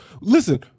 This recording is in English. listen